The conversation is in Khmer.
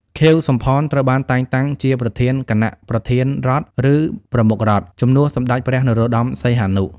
ខៀវ សំផន ត្រូវបានតែងតាំងជាប្រធានគណៈប្រធានរដ្ឋ ឬ ប្រមុខរដ្ឋ ជំនួសសម្ដេចព្រះ នរោត្តម សីហនុ។